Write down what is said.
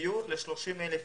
דיור ל-30,000 איש.